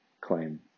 claim